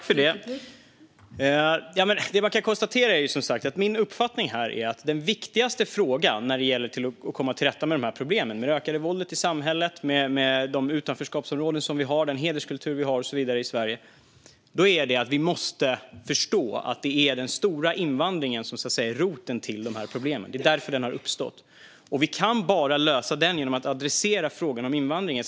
Fru talman! Min uppfattning är att den viktigaste frågan när det gäller att komma till rätta med problemen med det ökade våldet i samhället, med de utanförskapsområden som finns, med den hederskultur vi har i Sverige och så vidare är att vi måste förstå att det är den stora invandringen som är roten till dem. Det är därför de har uppstått. Vi kan bara lösa dem genom att adressera frågan om invandringen.